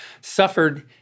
suffered